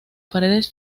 paredes